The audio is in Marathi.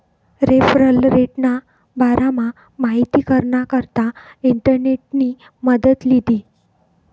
रेफरल रेटना बारामा माहिती कराना करता इंटरनेटनी मदत लीधी